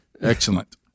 Excellent